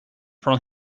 from